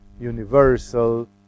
universal